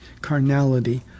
carnality